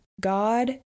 God